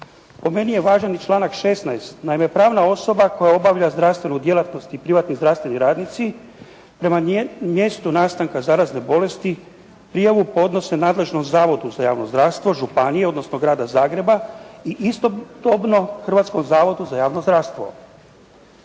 Po meni je važan i članak 16. Naime pravna osoba koja obavlja zdravstvenu djelatnost i privatni zdravstveni radnici prema mjestu nastanka zarazne bolesti prijavu podnose nadležnom zavodu za javno zdravstvo, županije, odnosno Grada Zagreba i istodobno Hrvatskom zavodu za javno zdravstvo.